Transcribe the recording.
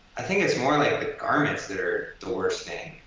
i think it's more like the garments that are the worst thing.